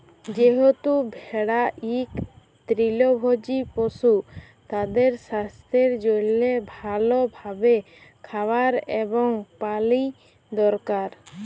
যেহেতু ভেড়া ইক তৃলভজী পশু, তাদের সাস্থের জনহে ভাল ভাবে খাবার এবং পালি দরকার